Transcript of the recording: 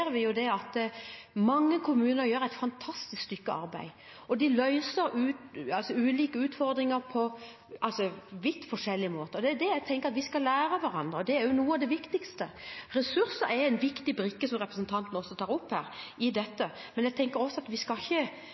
vi at mange kommuner gjør et fantastisk stykke arbeid, og de løser ulike utfordringer på vidt forskjellige måter. Jeg tenker at vi skal lære av hverandre. Det er noe av det viktigste. Ressurser er en viktig brikke i dette, noe representanten også tar opp, men jeg tenker også at vi ikke skal